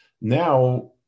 Now